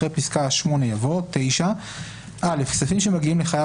אחרי פסקה (8) יבוא: "(9)(א)כספים שמגיעים לחייב